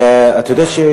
אתה יודע,